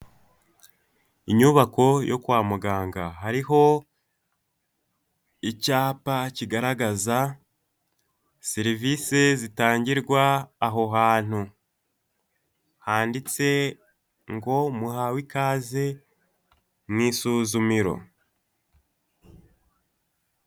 Inyubako yo kwa muganga, hariho icyapa kigaragaza serivise zitangirwa aho hantu, handitse ngo muhawe ikaze mu isuzumiro.